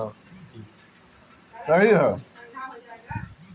कृषि विपणन में विदेशी व्यापार भी आ जाला